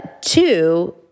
Two